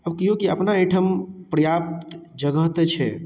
आब किएकि अपना एहिठाम पर्याप्त जगह तऽ छै